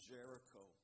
Jericho